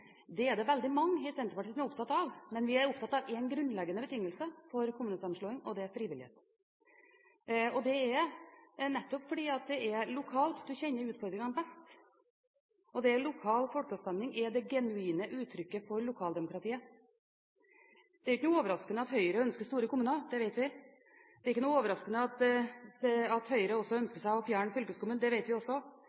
Det er det veldig mange i Senterpartiet som er opptatt av. Men vi er opptatt av en grunnleggende betingelse for kommunesammenslåing, og det er frivillighet. Det er nettopp fordi det er lokalt en kjenner utfordringene best, og lokal folkeavstemning er det genuine uttrykket for lokaldemokratiet. Det er ikke noe overraskende at Høyre ønsker store kommuner, det vet vi. Det er ikke noe overraskende at Høyre også ønsker å fjerne fylkeskommunen – det vet vi også.